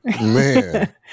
man